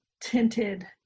tinted